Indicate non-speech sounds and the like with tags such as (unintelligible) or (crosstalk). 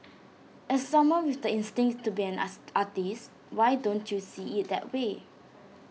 as someone with the instinct to be an (unintelligible) artist why don't you see IT that way